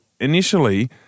initially